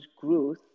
growth